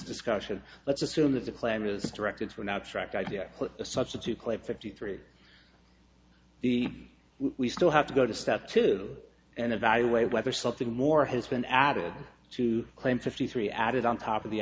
discussion let's assume that the plan is directed from the track idea put a substitute plate fifty three the we still have to go to step two and evaluate whether something more has been added to claim fifty three added on top of the